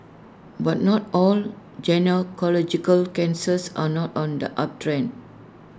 but not all gynaecological cancers are not on the uptrend